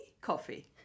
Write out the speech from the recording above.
coffee